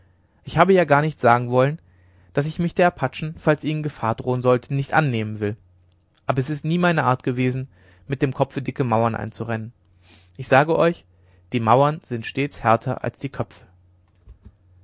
ich habe ja gar nicht sagen wollen daß ich mich der apachen falls ihnen gefahr drohen sollte nicht annehmen will aber es ist nie meine art gewesen mit dem kopfe dicke mauern einzurennen ich sage euch die mauern sind stets härter als die köpfe